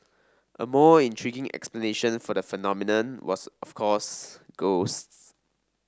a more intriguing explanation for the phenomenon was of course ghosts